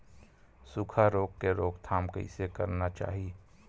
सुखा रोग के रोकथाम कइसे करना चाही?